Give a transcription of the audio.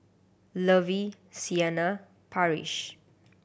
Lovey Siena Parrish